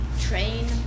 train